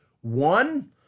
One